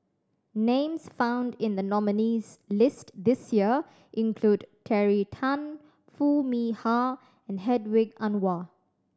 names found in the nominees' list this year include Terry Tan Foo Mee Har and Hedwig Anuar